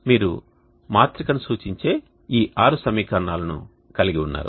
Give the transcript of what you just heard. మీరు మాత్రికను సూచించే ఈ ఆరు 6 సమీకరణాలను కలిగి ఉన్నారు